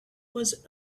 was